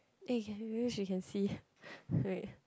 eh maybe she can see wait